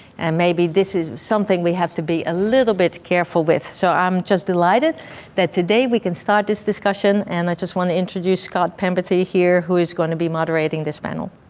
and maybe this is something we have to be a little bit careful with. so i'm just delighted that today we can start this discussion and i just wanna introduce scott penberthy here who is gonna be moderating this panel.